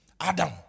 Adam